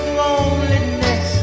loneliness